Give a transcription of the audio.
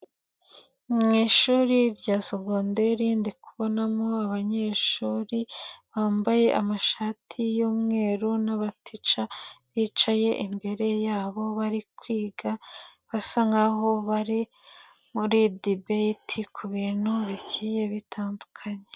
Mu ishuri rya segonderi ndi kubonamo abanyeshuri bambaye amashati y'umweru n'abatica bicaye imbere yabo bari kwiga, basa nk'aho bari muri dibeti ku bintu bigiye bitandukanye.